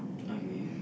okay